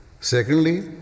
Secondly